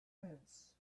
fence